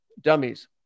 dummies